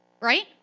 Right